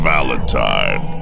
Valentine